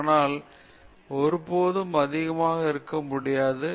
ஆனாலும் இது ஒருபோதும் அதிகமாக இருக்க முடியாது